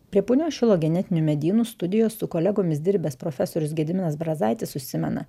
prie punios šilo genetinių medynų studijos su kolegomis dirbęs profesorius gediminas brazaitis užsimena